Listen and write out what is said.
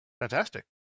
Fantastic